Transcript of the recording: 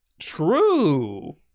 True